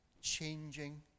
changing